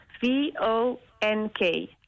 V-O-N-K